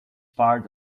part